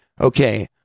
okay